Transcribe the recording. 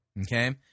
okay